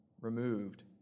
removed